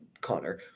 Connor